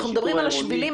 אנחנו מדברים על השבילים,